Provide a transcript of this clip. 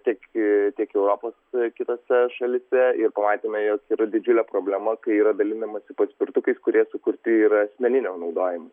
tiek tiek europos kitose šalyse ir pamatėme jog yra didžiulė problema kai yra dalinamasi paspirtukais kurie sukurti ir asmeniniam naudojimui